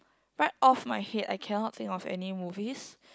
right off my head I cannot think of any movies